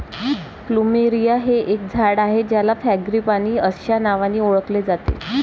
plumeria हे एक झाड आहे ज्याला फ्रँगीपानी अस्या नावानी ओळखले जाते